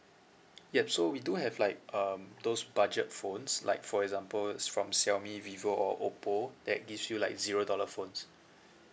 yup so we do have like um those budget phones like for example is from xiaomi vivo or oppo that gives you like zero dollar phones